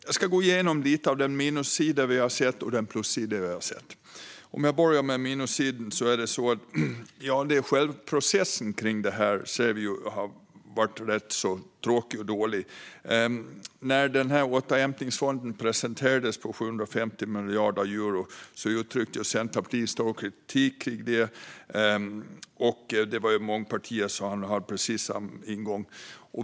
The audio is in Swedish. Jag ska gå igenom lite av den minussida som vi har sett och den plussida som vi har sett. Jag börjar med minussidan. Själva processen kring det här har varit rätt så tråkig och dålig. När återhämtningsfonden på 750 miljarder euro presenterades uttryckte Centerpartiet stor kritik mot den, och det var många partier som hade precis samma ingång.